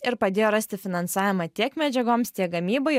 ir padėjo rasti finansavimą tiek medžiagoms tiek gamybai